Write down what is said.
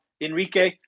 Enrique